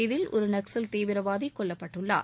இதில் ஒரு நக்ஸல் தீவிரவாதி கொல்லப்பட்டுள்ளார்